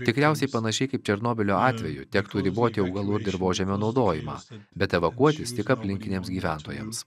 tikriausiai panašiai kaip černobylio atveju tektų riboti augalų ir dirvožemio naudojimą bet evakuotis tik aplinkiniams gyventojams